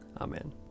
Amen